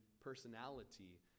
personality